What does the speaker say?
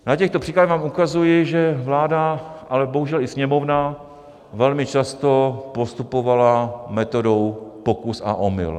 Na těchto příkladech vám ukazuji, že vláda, ale bohužel i Sněmovna, velmi často postupovala metodou pokus a omyl.